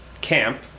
camp